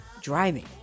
driving